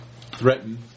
threaten